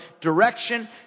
direction